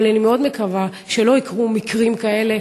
אבל אני מאוד מקווה שלא יקרו מקרים כאלה,